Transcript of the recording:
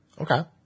Okay